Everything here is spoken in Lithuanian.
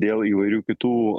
dėl įvairių kitų